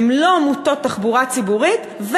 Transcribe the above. הן לא מוטות תחבורה ציבורית,